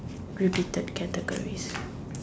repeated categories